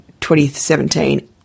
2017